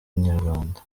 inyarwanda